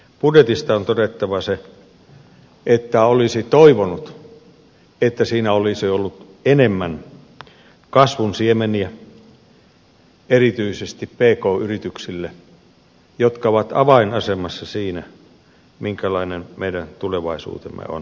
budjetista on todettava se että olisi toivonut että siinä olisi ollut enemmän kasvun siemeniä erityisesti pk yrityksille jotka ovat avainasemassa siinä minkälainen meidän tulevaisuutemme on